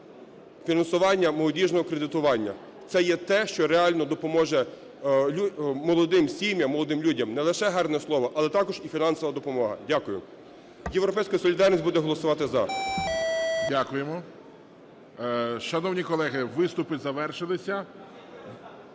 фінансування молодіжного кредитування. Це є те, що реально допоможе молодим сім'ям, молодим людям, не лише гарне слово, але також і фінансова допомога. Дякую. "Європейська солідарність" буде голосувати "за". ГОЛОВУЮЧИЙ. Дякуємо. Шановні колеги, виступи завершилися.